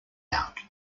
out